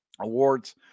Awards